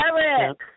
Eric